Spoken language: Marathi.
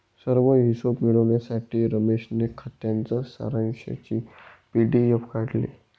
सर्व हिशोब मिळविण्यासाठी रमेशने खात्याच्या सारांशची पी.डी.एफ काढली